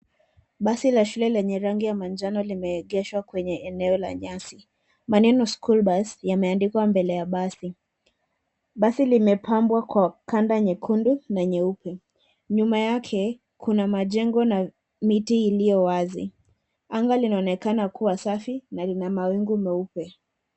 Basi la shule lenye rangi ya manjano limeegeshwa kwenye eneo la nyasi. Maneno, school bus, yameandikwa mbele ya basi. Basi limepambwa kwa kanda nyekundu na nyeupe. Nyuma yake kuna majengo na miti iliyo wazi. Anga linaonekana kuwa safi na kina mawingu meupe.